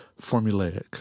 formulaic